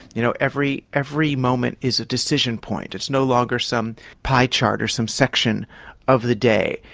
you know every every moment is a decision point, it's no longer some pie chart or some section of the day.